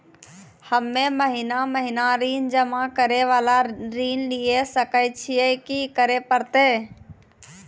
हम्मे महीना महीना ऋण जमा करे वाला ऋण लिये सकय छियै, की करे परतै?